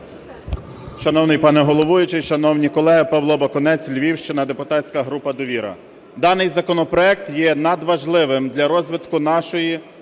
Дякую.